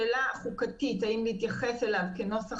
אני מבקשת שבשאלה אם להתייחס אליו כנוסח